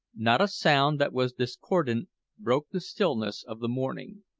not a sound that was discordant broke the stillness of the morning,